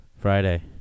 Friday